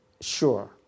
sure